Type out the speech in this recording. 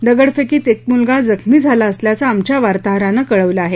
दगडफेकीत एक मुलगा जखमी झाला असल्याचं आमच्या वार्ताहरानं कळवलं आहे